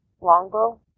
Longbow